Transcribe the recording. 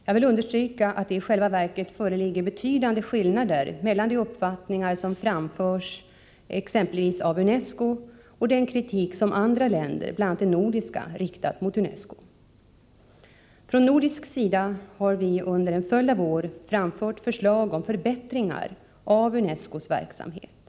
Jag vill understryka att det i själva verket föreligger betydande skillnader mellan de uppfattningar som framförts exempelvis av USA och den kritik som andra länder, bl.a. de nordiska, riktat mot UNESCO. Från nordisk sida har vi under en följd av år framfört förslag om förbättringar av UNESCO:s verksamhet.